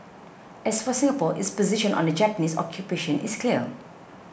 as for Singapore its position on the Japanese occupation is clear